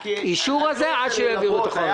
האישור הזה עד שלא יעבירו את החומר.